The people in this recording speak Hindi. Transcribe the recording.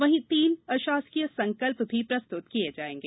वहीं तीन अशासकीय संकल्प भी प्रस्तुत किये जायेंगे